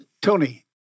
Tony